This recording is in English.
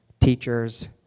teachers